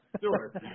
Sure